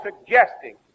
suggesting